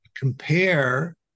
compare